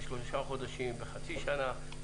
לשלושה חודשים, לחצי שנה.